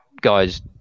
guys